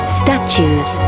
statues